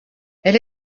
elle